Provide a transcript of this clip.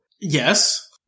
Yes